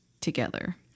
together